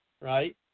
right